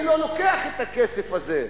ואני לא לוקח את הכסף הזה.